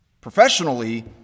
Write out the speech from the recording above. Professionally